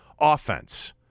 offense